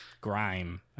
grime